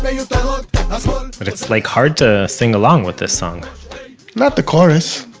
yeah yeah um but it's like hard to sing along with this song not the chorus,